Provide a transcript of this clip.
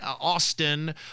Austin